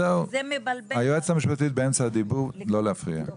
היועצת המשפטית ברשות דיבור, לא להפריע.